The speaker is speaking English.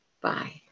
Bye